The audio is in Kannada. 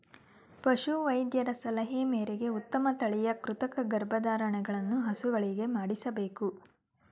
ಪಶು ವೈದ್ಯರ ಸಲಹೆ ಮೇರೆಗೆ ಉತ್ತಮ ತಳಿಯ ಕೃತಕ ಗರ್ಭಧಾರಣೆಯನ್ನು ಹಸುಗಳಿಗೆ ಮಾಡಿಸಬೇಕು